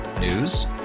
News